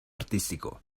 artístico